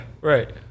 right